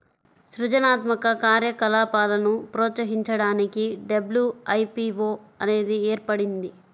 సృజనాత్మక కార్యకలాపాలను ప్రోత్సహించడానికి డబ్ల్యూ.ఐ.పీ.వో అనేది ఏర్పడింది